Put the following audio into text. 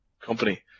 company